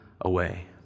away